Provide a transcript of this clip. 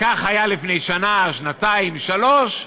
כך היה לפני שנה, שנתיים, שלוש שנים,